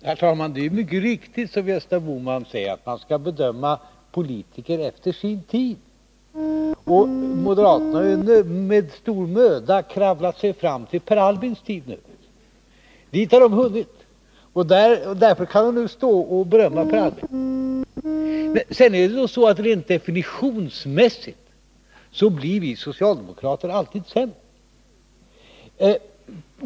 Herr talman! Det är mycket riktigt som Gösta Bohman säger, att politiker skall bedömas efter sin tid. Moderaterna har nu med stor möda kravlat sig fram till Per Albins tid. Dit har de hunnit, och därför kan de nu stå och berömma Per Albin. Sedan är det så att rent definitionsmässigt blir vi socialdemokrater alltid sämre.